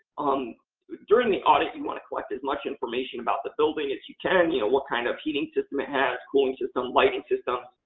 um during the audit, you want to collect as much information about the building as you can you know what kind of heating system it has, cooling system, lighting system,